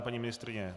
Paní ministryně?